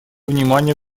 внимания